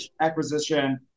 acquisition